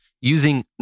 using